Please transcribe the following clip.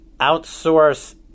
outsource